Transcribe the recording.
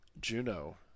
Juno